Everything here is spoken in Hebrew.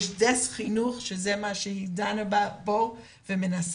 יש דסק חינוך שזה מה שהוא דן בו ומנסה,